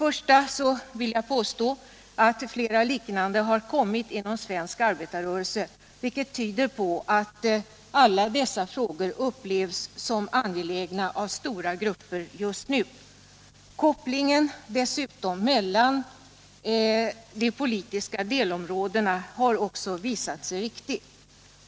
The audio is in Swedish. Först och främst vill jag påstå att flera liknande initiativ har tagits inom svensk arbetarrörelse, vilket tyder på att dessa frågor just nu av stora grupper upplevs som angelägna. Dessutom har kopplingen mellan de politiska delområdena visat sig vara riktig.